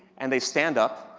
and they stand up,